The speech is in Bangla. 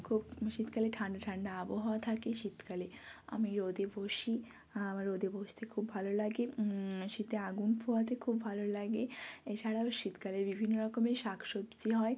খুব শীতকালে ঠান্ডা ঠান্ডা আবহাওয়া থাকে শীতকালে আমি রোদে বসি আমার রোদে বসতে খুব ভালো লাগে শীতে আগুন পোহাতে খুব ভালো লাগে এছাড়াও শীতকালে বিভিন্ন রকমের শাক সবজি হয়